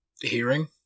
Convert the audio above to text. Hearing